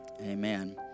amen